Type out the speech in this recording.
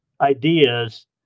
ideas